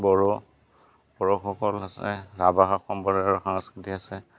বড়ো বড়োসকল আছে ৰাভা সম্প্ৰদায়ৰ সংস্কৃতি আছে